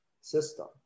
system